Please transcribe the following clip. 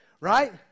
right